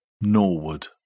Norwood